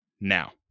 now